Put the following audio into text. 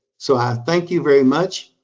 so i thank you very much,